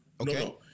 okay